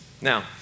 Now